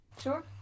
Sure